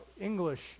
English